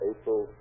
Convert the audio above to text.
April